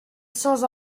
sans